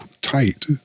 tight